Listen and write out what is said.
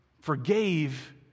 forgave